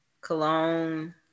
cologne